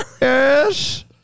Yes